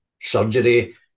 surgery